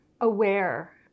aware